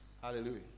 Hallelujah